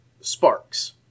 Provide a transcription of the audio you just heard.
Sparks